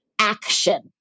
action